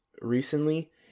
recently